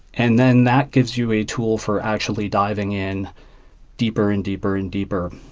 and then that gives you a tool for actually diving in deeper and deeper and deeper.